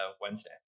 Wednesday